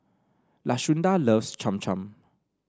Lashunda loves Cham Cham